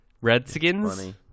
Redskins